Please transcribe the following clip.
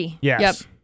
Yes